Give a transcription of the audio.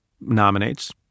nominates